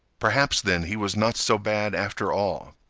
perhaps, then, he was not so bad after all.